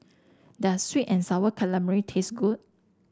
does sweet and sour calamari taste good